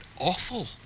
awful